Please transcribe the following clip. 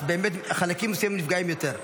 אז חלקים מסוימים נפגעים יותר.